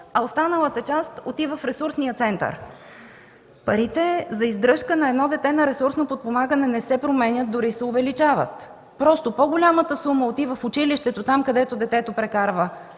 а останалата част отива в ресурсния център. Парите за издръжка на едно дете на ресурсно подпомагане не се променят, дори се увеличават. Просто по-голямата сума отива в училището, там, където детето прекарва